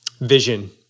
vision